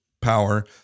power